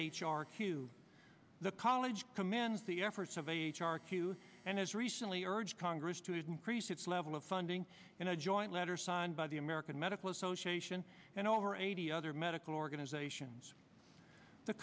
r q the college commands the efforts of h r q and has recently urged congress to increase its level of funding in a joint letter signed by the american medical association and over eighty other medical organizations the